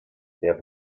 der